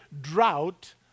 drought